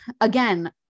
again